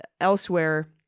elsewhere